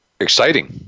exciting